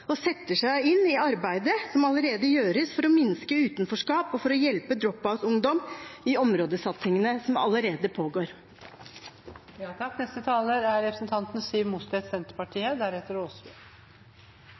og setter seg inn i arbeidet som allerede gjøres for å minske utenforskap og hjelpe dropout-ungdom i områdesatsingene som allerede pågår.